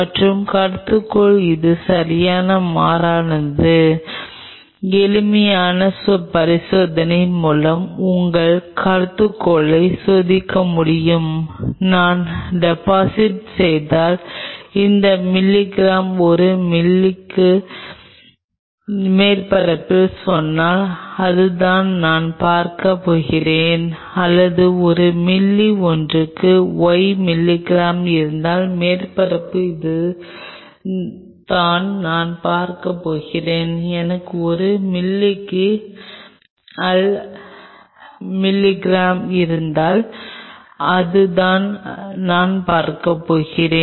மாற்று கருதுகோள் அது சரியாக மாறாது எளிமையான பரிசோதனையின் மூலம் உங்கள் கருதுகோளை சோதிக்க முடியும் நான் டெபாசிட் செய்தால் இந்த மில்லிகிராம் ஒரு மில்லிக்கு மேற்பரப்பில் சொன்னால் இதுதான் நான் பார்க்கப் போகிறேன் அல்லது ஒரு மில்லி ஒன்றுக்கு y மில்லிகிராம் இருந்தால் மேற்பரப்பு இதுதான் நான் பார்க்கப் போகிறேன் எனக்கு ஒரு மில்லிக்கு அஸ் மில்லிகிராம் இருந்தால் இதுதான் நான் பார்க்கப் போகிறேன்